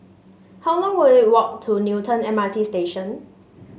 how long will it walk to Newton M R T Station